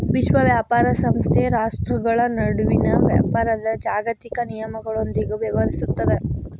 ವಿಶ್ವ ವ್ಯಾಪಾರ ಸಂಸ್ಥೆ ರಾಷ್ಟ್ರ್ಗಳ ನಡುವಿನ ವ್ಯಾಪಾರದ್ ಜಾಗತಿಕ ನಿಯಮಗಳೊಂದಿಗ ವ್ಯವಹರಿಸುತ್ತದ